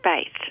space